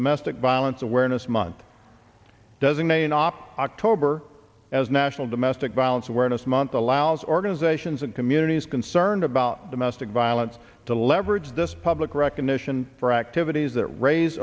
domestic violence awareness month doesn't a an op october as national domestic violence awareness month allows organizations and communities concerned about domestic violence to leverage this public recognition for activities that raise